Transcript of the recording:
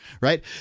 right